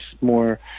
more